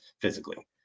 physically